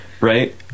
right